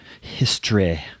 history